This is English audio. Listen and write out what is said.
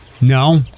No